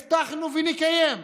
הבטחנו ונקיים.